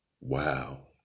Wow